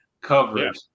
coverage